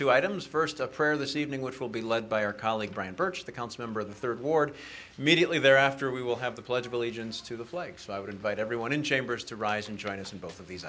two items first a prayer this evening which will be led by our colleague brian birch the council member of the third ward mediately thereafter we will have the pledge of allegiance to the flag so i would invite everyone in chambers to rise and join us in both of these